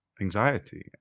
anxiety